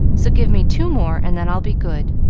so give me two more and then i'll be good.